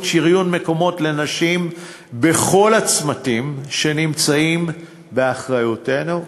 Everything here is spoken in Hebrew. שריון מקומות לנשים בכל הצמתים שנמצאים באחריותנו.